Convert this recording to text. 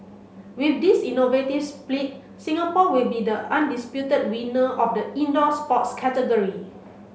with this innovative split Singapore will be the undisputed winner of the indoor sports category